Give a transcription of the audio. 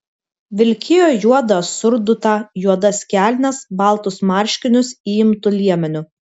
vilkėjo juodą surdutą juodas kelnes baltus marškinius įimtu liemeniu